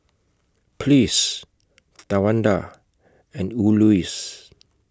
Pleas Tawanda and Elouise